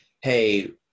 hey